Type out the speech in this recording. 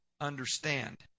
understand